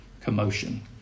Commotion